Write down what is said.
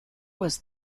was